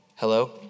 Hello